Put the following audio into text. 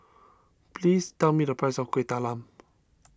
please tell me the price of Kueh Talam